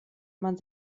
man